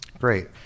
Great